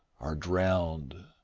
are drowned.